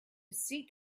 seek